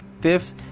fifth